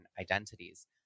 identities